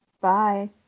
Bye